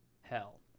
hell